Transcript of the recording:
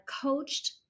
coached